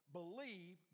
believe